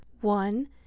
one